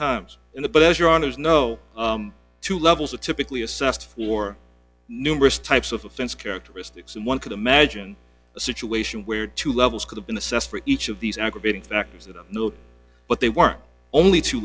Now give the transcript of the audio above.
times in the but as you're on his no two levels are typically assessed for numerous types of offense characteristics and one could imagine a situation where two levels could have been assessed for each of these are big factors that i know of but they weren't only two